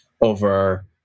over